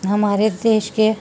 ہمارے دیش کے